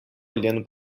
olhando